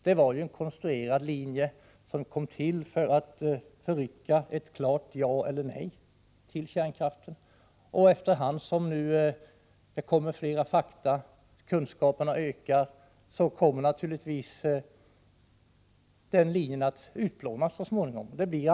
Det var en konstruerad linje, som kom till för att förhindra ett klart ja eller nej till kärnkraften. Efter hand som det kommer flera fakta och kunskaperna ökar, kommer naturligtvis den linjen att så småningom utplånas.